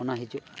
ᱚᱱᱟ ᱦᱤᱡᱩᱜᱼᱟ